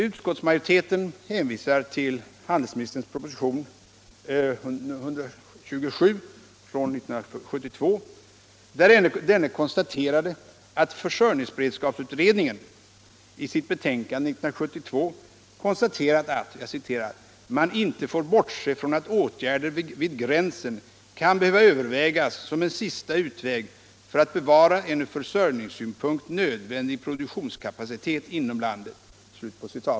Utskottsmajoriteten hänvisar till handelsministerns proposition 1972:127 där denne konstaterat att försörjningsberedskapsutredningen i sitt betänkande år 1972 konstaterat att ”man inte får bortse från att åtgärder vid gränsen kan behöva övervägas som en sista utväg för att bevara en ur försörjningssynpunkt nödvändig produktionskapacitet inom landet”.